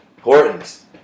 Hortons